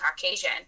Caucasian